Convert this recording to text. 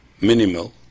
minimal